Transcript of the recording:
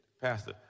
Pastor